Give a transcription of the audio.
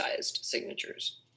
signatures